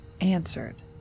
answered